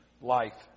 life